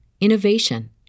innovation